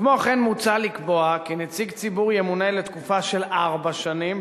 כמו כן מוצע לקבוע כי נציג ציבור ימונה לתקופה של ארבע שנים,